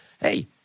Hey